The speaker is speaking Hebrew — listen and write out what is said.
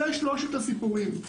אלה שלושת הסיפורים.